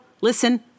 listen